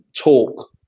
talk